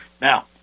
Now